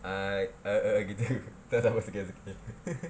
I err err gitu terus supposed to guess